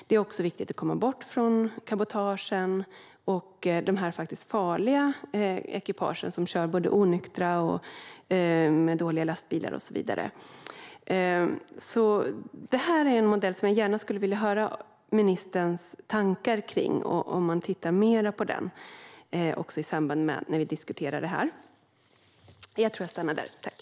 Det är också viktigt att komma bort från cabotage och de farliga ekipage som kör onyktra, med dåliga lastbilar och så vidare. Detta är en modell som jag gärna skulle vilja höra ministerns tankar kring och om man tittar mer på den.